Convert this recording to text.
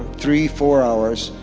three four hours,